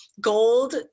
gold